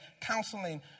counseling